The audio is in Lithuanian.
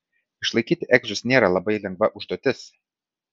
išlaikyti egzus nėra labai lengva užduotis